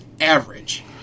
average